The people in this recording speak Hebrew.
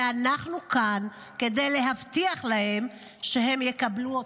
ואנחנו כאן כדי להבטיח להם שהם יקבלו אותן.